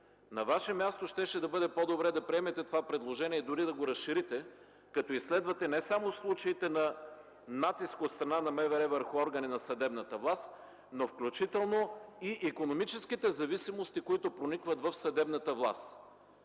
На Ваше място мисля, че щеше да бъде по-добре да приемете това предложение, дори да го разширите, като изследвате не само случаите на натиск от страна на МВР върху органи на съдебната власт, но включително и икономическите зависимости, които проникват в съдебната власт,